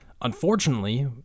Unfortunately